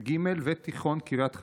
עירוני ג' ותיכון קריית חיים.